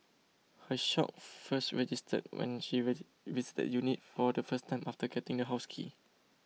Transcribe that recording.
her shock first registered when she visited the unit for the first time after getting the house key